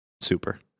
Super